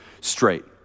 straight